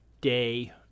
day